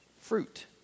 Fruit